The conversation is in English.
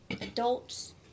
Adults